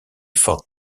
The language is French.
ford